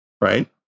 right